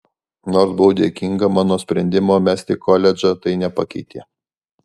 nors buvau dėkinga mano sprendimo mesti koledžą tai nepakeitė